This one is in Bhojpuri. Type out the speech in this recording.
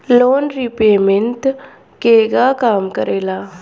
लोन रीपयमेंत केगा काम करेला?